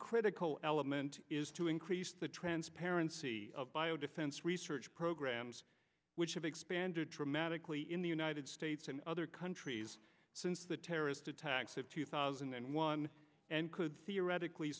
critical element is to increase the transparency of bio defense research programs which have expanded dramatically in the united states and other countries since the terrorist attacks of two thousand and one and could theoretically